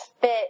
fit